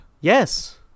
Yes